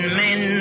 men